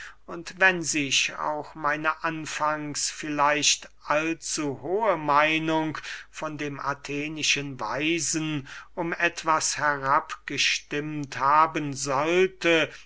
und wenn sich auch meine anfangs vielleicht allzuhohe meinung von dem athenischen weisen um etwas herabgestimmt haben sollte